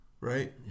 right